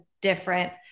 different